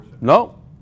No